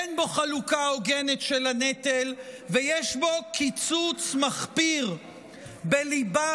אין בו חלוקה הוגנת של הנטל ויש בו קיצוץ מחפיר בליבת